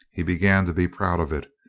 he began to be proud of it,